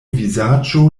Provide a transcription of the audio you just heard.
vizaĝo